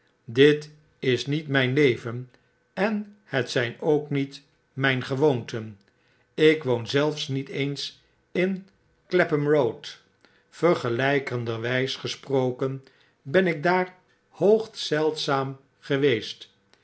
dit is niet myn leven en het zijn ook niet mp gewoonten ik woon zelfs niet eens in clapham road vergelfikenderwijs gesproken ben ik daar hoogst zeldzaam geweest